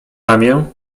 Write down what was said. ramię